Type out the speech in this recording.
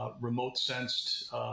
remote-sensed